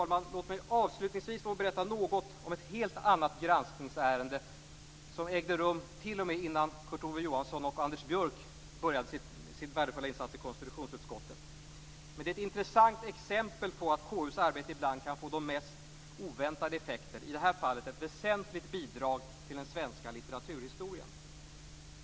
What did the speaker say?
Låt mig avslutningsvis berätta något om ett helt annat granskningsärende som behandlades t.o.m. innan Kurt Ove Johansson och Anders Björck inledde sina värdefulla insatser i konstitutionsutskottet. Det är ett intressant exempel på att KU:s arbete ibland kan få de mest oväntade effekter, i detta fall ett väsentligt bidrag till den svenska litteraturhistorien.